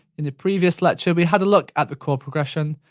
in the previous lecture, we had a look at the chord progression.